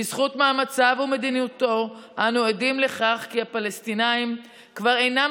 בזכות מאמציו ומדיניותו אנו עדים לכך כי הפלסטינים כבר אינם